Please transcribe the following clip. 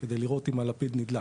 כדי לראות אם הלפיד נדלק.